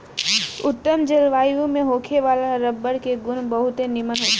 उत्तम जलवायु में होखे वाला रबर के गुण बहुते निमन होखेला